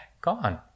gone